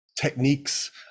techniques